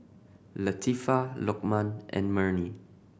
Latifa Lokman and Murni